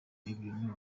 ibintu